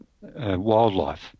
wildlife